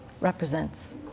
represents